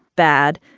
bad.